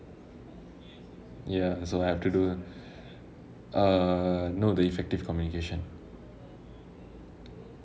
ya so I don't know err no the effective communication